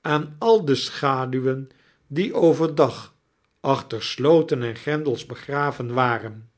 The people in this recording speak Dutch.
aan al de schaduwen die over dag achter sloten en grendels begraven waren